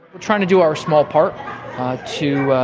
we're trying to do our small part ah to,